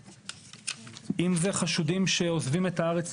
אם אלה חשודים שעוזבים את הארץ,